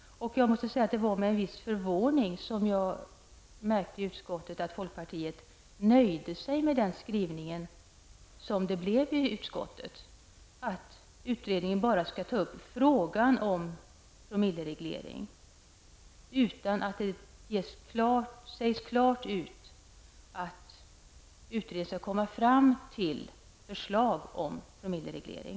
Det var med en viss förvåning som jag noterade att de folkpartistiska ledamöterna i utskottet nöjde sig med den skrivning som utskottet kom fram till, dvs. att utredningen bara skall ta upp frågan om promillereglering. Det sägs inte klart ut att utredningen skall komma fram till något förslag om promillereglering.